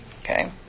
Okay